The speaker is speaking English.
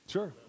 Sure